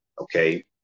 okay